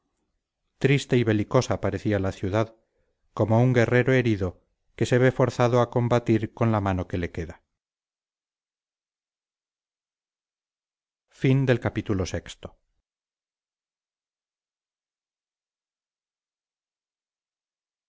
triste y belicosa parecía la ciudad como un guerrero herido que se ve forzado a combatir con la mano que le queda